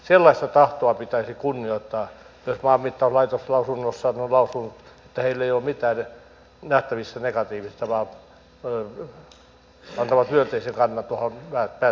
sellaista tahtoa pitäisi kunnioittaa jos maanmittauslaitos lausunnossaan on lausunut että heillä ei ole mitään negatiivista nähtävissä vaan antavat myönteisen kannan tuohon päätökseen